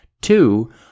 Two